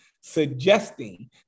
suggesting